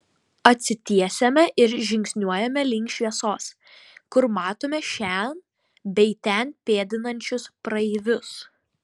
atsitiesiame ir žingsniuojame link šviesos kur matome šen bei ten pėdinančius praeivius